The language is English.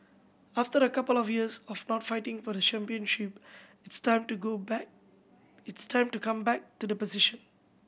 after a couple of years of not fighting for the championship it's time to go back it's time to come back to the position